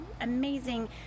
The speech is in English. amazing